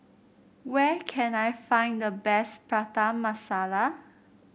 where can I find the best Prata Masala